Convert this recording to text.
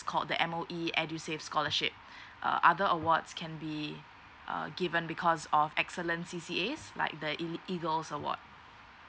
called the M_O_E edusave scholarship uh other awards can be uh given because of excellency C_A's like the ea~ eagles award